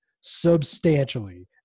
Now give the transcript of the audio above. substantially